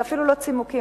זה אפילו לא צימוקים,